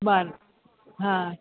ॿार हा